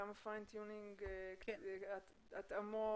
כמה התאמות